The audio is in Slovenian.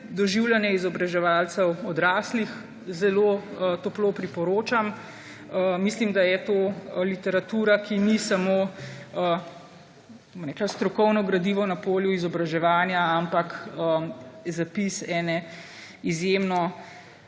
doživljanje izobraževalcev odraslih med pandemijo. Zelo toplo priporočam. Mislim, da je to literatura, ki ni samo strokovno gradivo na polju izobraževanja, ampak zapis ene izjemno